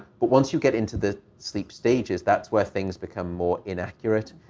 but once you get into the sleep stages, that's where things become more inaccurate.